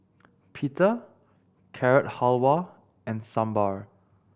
Pita Carrot Halwa and Sambar